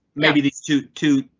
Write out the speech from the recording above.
maybe these two two.